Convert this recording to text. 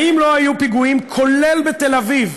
האם לא היו פיגועים, כולל בתל-אביב,